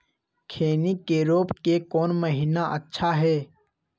खैनी के रोप के कौन महीना अच्छा है?